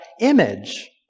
image